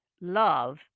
Love